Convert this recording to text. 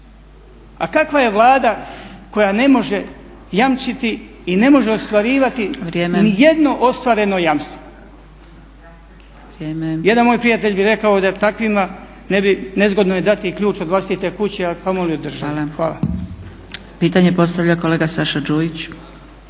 A kakva je vlada koja ne može jamčiti i ne može ostvarivati nijedno ostvareno jamstvo? … /Upadica: Vrijeme./ … Jedan moj prijatelj bi rekao da takvima nezgodno je dati i ključ od vlastite kuće, a kamoli od države. Hvala. **Zgrebec, Dragica (SDP)** Pitanje postavlja kolega Saša Đujić.